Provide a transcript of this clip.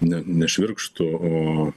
ne ne švirkštų o